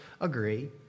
agree